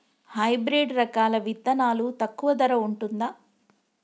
Hybrid రకాల విత్తనాలు తక్కువ ధర ఉంటుందా?